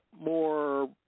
more